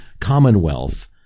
Commonwealth